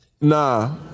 Nah